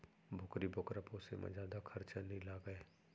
बोकरी बोकरा पोसे म जादा खरचा नइ लागय